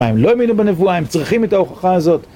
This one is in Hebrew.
מה, הם לא האמינו בנבואה? הם צריכים את ההוכחה הזאת?